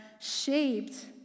shaped